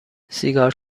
سیگار